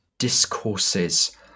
discourses